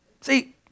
See